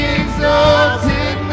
exalted